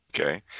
Okay